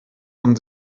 von